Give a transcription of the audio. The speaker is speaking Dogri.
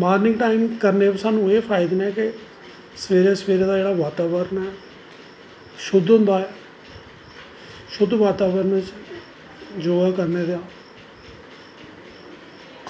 मार्निंग टाईम करने दे सानूं एह् फायदे न कि सवेरे सवेरे दा जेह्ड़ा बातावरण ऐ शुद्ध होंदा ऐ शुद्ध बातावरण च योगा करने दा